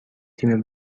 تیم